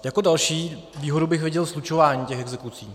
Jako další výhodu bych viděl slučování exekucí.